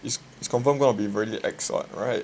is is confirm gonna be really ex [what] right